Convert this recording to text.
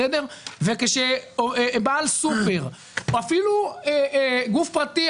בעל סופר או אפילו גוף פרטי,